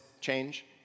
change